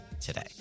today